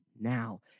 now